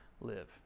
live